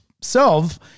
self